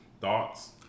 Thoughts